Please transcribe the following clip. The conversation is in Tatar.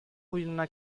куенына